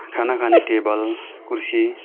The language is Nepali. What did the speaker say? खाना खाने टेबल कुर्सी